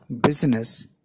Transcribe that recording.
business